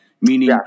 Meaning